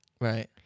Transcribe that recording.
right